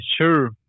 sure